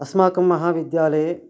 अस्माकं महाविद्यालये